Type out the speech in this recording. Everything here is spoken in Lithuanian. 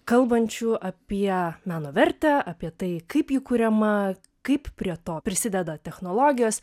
kalbančių apie meno vertę apie tai kaip ji kuriama kaip prie to prisideda technologijos